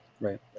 Right